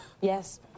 Yes